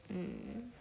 mm